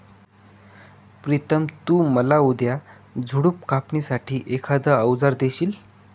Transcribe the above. प्रितम तु मला उद्या झुडप कापणी साठी एखाद अवजार देशील?